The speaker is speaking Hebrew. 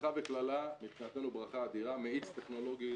ברכה וקללה, מבחינתנו ברכה אדירה, מאיץ טכנולוגי